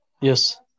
Yes